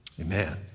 Amen